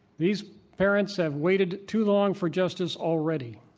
these parents have waited too long for justice already.